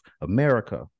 America